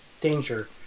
danger